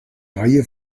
reihe